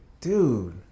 Dude